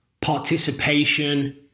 participation